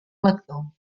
lector